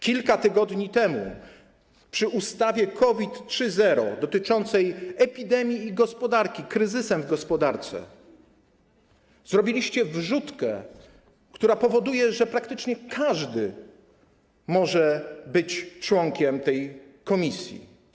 Kilka tygodni temu przy ustawie COVID 3.0 dotyczącej epidemii i gospodarki, kryzysu w gospodarce zrobiliście wrzutkę, która powoduje, że praktycznie każdy może być członkiem tej komisji.